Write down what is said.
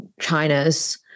China's